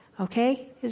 Okay